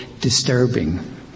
disturbing